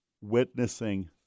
witnessing